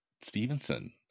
Stevenson